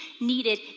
needed